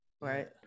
Right